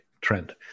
trend